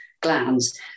glands